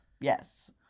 Yes